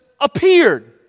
appeared